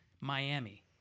Miami